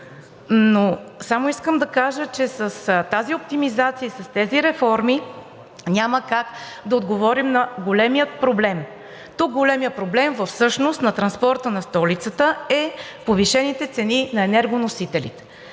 Само искам да кажа, че с тази оптимизация и с тези реформи няма как да отговорим на големия проблем. Всъщност големият проблем на транспорта в столицата са повишените цени на енергоносителите.